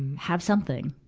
have something,